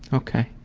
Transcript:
okay.